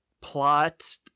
plot